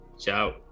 Ciao